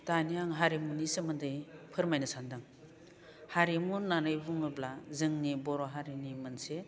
दानिया आं हारिमुनि सोमोन्दै फोरमायनो सान्दों हारिमु होननानै बुङोब्ला जोंनि बर' हारिनि मोनसे